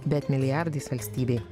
bet milijardais valstybei